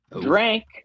drank